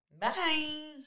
Bye